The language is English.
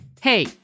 Hey